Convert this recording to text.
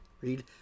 Read